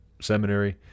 Seminary